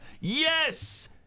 Yes